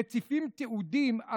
מציפים תיעודים,